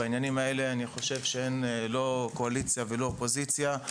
בעניינים האלה אני חושב שאין לא קואליציה ולא אופוזיציה.